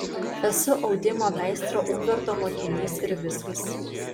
esu audimo meistro umberto mokinys ir viskas